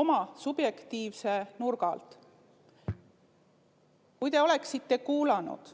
oma subjektiivse nurga alt. Kui te oleksite kuulanud